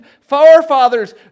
forefathers